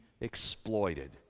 exploited